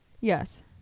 Yes